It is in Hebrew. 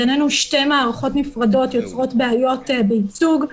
בעינינו, שתי מערכות נפרדות יוצרות בעיות בייצוג.